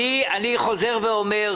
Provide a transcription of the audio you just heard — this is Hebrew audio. אני חוזר ואומר